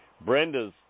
Brenda's